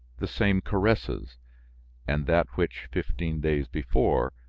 the same caresses and that which, fifteen days before,